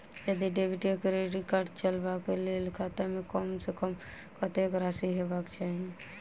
यदि डेबिट वा credit card चलबाक कऽ लेल खाता मे कम सऽ कम कत्तेक राशि हेबाक चाहि?